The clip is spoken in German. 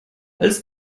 als